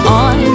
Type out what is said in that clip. on